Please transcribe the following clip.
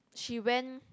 she went